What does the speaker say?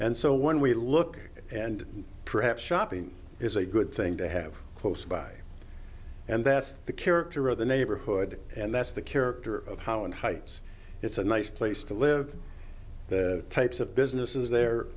and so when we look and perhaps shopping is a good thing to have close by and that's the character of the neighborhood and that's the character of how an heights it's a nice place to live the types of businesses the